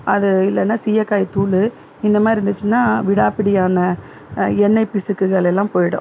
அது இல்லைன்னா சீயக்காய் தூள் இந்த மாதிரி இருந்துச்சின்னா விடாப்பிடியான எண்ணெய் பிசிக்குகளெல்லாம் போயிடும்